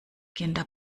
kinder